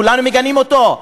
כולנו מגנים אותו,